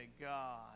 God